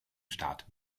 start